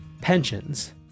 Pensions